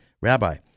Rabbi